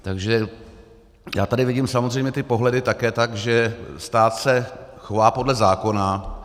Takže já tady vidím samozřejmě ty pohledy také tak, že stát se chová podle zákona.